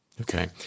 Okay